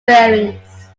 bearings